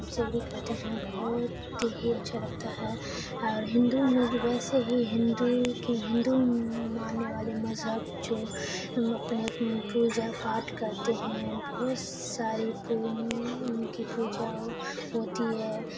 سحری کھاتے ہیں بہت ہی اچھا لگتا ہے اور ہندو میں بھی ویسے ہی ہندو کے ہندو ماننے والے مذہب جو اپنے پوجا پاٹھ کرتے ہیں بہت ساری ان کی پوجا ہوتی ہے